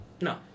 No